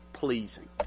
Pleasing